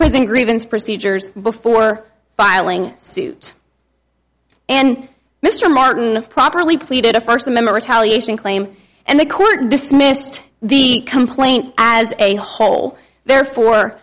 prison grievance procedures before filing suit and mr martin properly pleaded a first member retaliating claim and the court dismissed the complaint as a whole therefore